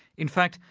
in fact,